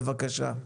בבקשה.